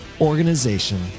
organization